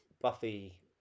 Buffy